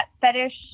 fetish